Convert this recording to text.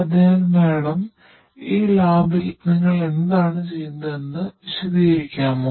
അതിനാൽ മാഡം ഈ ലാബിൽ നിങ്ങൾ എന്താണ് ചെയ്യുന്നതെന്ന് വിശദീകരിക്കാമോ